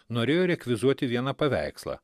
norėjo rekvizuoti vieną paveikslą